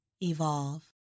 evolve